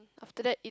after that